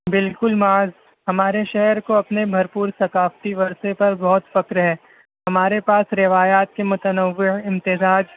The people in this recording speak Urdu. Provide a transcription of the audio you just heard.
بالکل معاذ ہمارے شہر کو اپنے بھر پور ثقافتی ورثے پر بہت فخر ہے ہمارے پاس روایات کے متنوع امتزاج